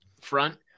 front